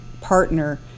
partner